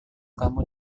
kamu